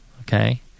okay